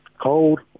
Cold